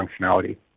functionality